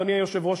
אדוני היושב-ראש,